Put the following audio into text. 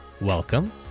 welcome